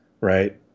right